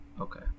Okay